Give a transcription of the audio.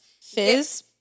Fizz